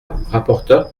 rapporteur